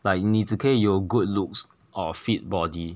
like 你只可以有 good looks or fit body